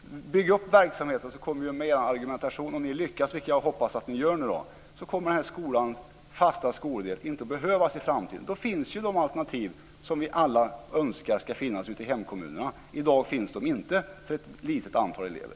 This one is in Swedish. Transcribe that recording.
Om man bygger upp verksamheten och lyckas med den - vilket jag hoppas att man gör - kommer Ekeskolans fasta skoldel inte att behövas i framtiden. Då finns det ju de alternativ som vi alla önskar ska finnas ute i hemkommunerna. I dag finns de inte för ett litet antal elever.